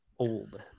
old